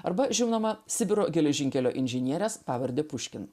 arba žinoma sibiro geležinkelio inžinieres pavarde puškin